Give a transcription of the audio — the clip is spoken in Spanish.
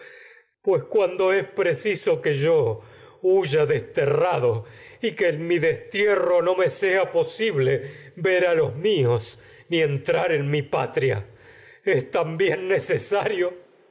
pues cuando es preciso que yo huya desterrado y que en mi destierro no me sea posible ver a los míos ni entrar en mi patria es me también madre necesario